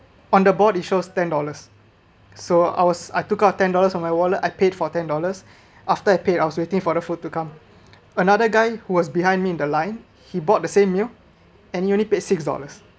on the board it shows ten dollars so I was I took out ten dollars on my wallet I paid for ten dollars after I paid I was waiting for the food to come another guy who was behind me in the line he bought the same meal and he only paid six dollars